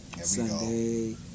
Sunday